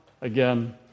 Again